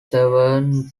severn